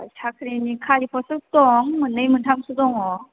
औ साख्रिनि खालि पस्तआथ' दं मोननै मोनथामसो दङ